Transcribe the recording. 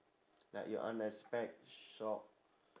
like you unexpect shock